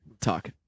Talk